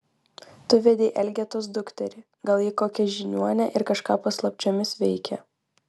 tu vedei elgetos dukterį gal ji kokia žiniuonė ir kažką paslapčiomis veikia